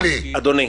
אדוני,